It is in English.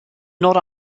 not